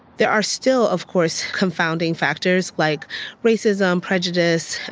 there are still of course confounding factors like racism, prejudice,